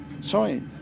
Sorry